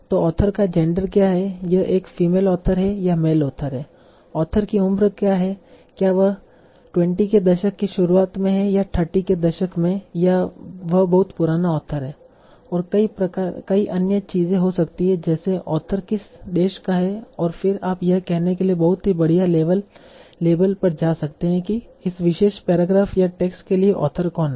तो ऑथर का जेंडर क्या है यह एक फीमेल ऑथर है या मेल ऑथर है ऑथर की उम्र क्या है क्या वह 20 के दशक की शुरुआत में है या 30 के दशक में या वह बहुत पुराना ऑथर है और कई अन्य चीजें हो सकती हैं जैसे ऑथर किस देश का है और फिर आप यह कहने के लिए बहुत ही बढ़िया लेबल पर जा सकते हैं कि इस विशेष पेरेग्राफ या टेक्स्ट के लिए ऑथर कौन है